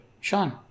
Sean